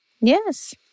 Yes